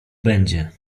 będzie